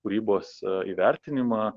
kūrybos įvertinimą